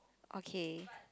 okay